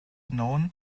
known